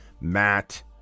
Matt